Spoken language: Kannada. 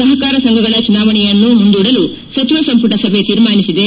ಸಹಕಾರ ಸಂಘಗಳ ಚುನಾವಣೆಯನ್ನು ಮುಂದೂಡಲು ಸಚಿವ ಸಂಪುಟ ಸಭೆ ತೀರ್ಮಾನಿಸಿದೆ